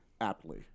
aptly